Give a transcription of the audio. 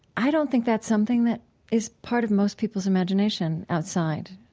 i don't think that's something that is part of most peoples' imagination outside.